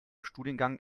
studiengang